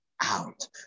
out